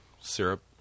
syrup